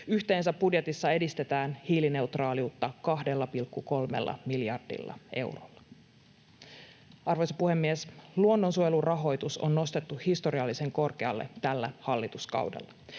Yhteensä budjetissa edistetään hiilineutraaliutta 2,3 miljardilla eurolla. Arvoisa puhemies! Luonnonsuojelurahoitus on nostettu historiallisen korkealle tällä hallituskaudella.